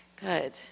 good